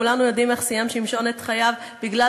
כולנו יודעים איך סיים שמשון את חייו בגלל